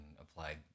applied